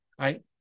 right